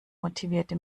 motivierte